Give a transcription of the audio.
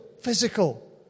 physical